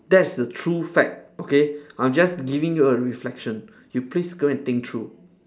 that's the true fact okay I'm just giving you a reflection you please go and think through